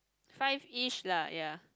five ish lah ya